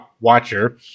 watcher